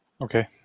Okay